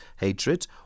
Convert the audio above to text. hatred